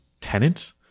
tenant